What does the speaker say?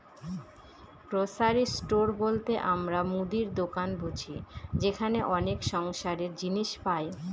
grocery store বলতে আমরা মুদির দোকান বুঝি যেখানে অনেক সংসারের জিনিস পাই